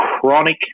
chronic